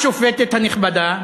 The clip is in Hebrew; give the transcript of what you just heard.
השופטת הנכבדה,